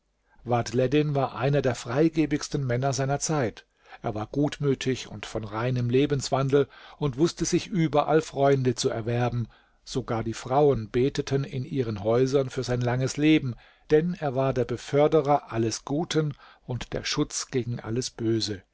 vadhleddin war einer der freigebigsten männer seiner zeit er war gutmütig und von reinem lebenswandel und wußte sich überall freunde zu erwerben sogar die frauen beteten in ihren häusern für sein langes leben denn er war der beförderer alles guten und der schutz gegen alles böse